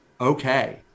okay